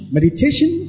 Meditation